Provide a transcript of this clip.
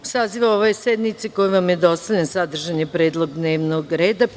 U sazivu ove sednice, koji vam je dostavljen, sadržan je predlog dnevnog reda sednice.